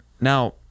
Now